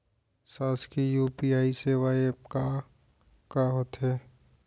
शासकीय यू.पी.आई सेवा एप का का होथे?